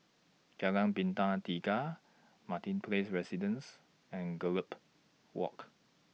Jalan Bintang Tiga Martin Place Residences and Gallop Walk